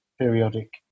periodic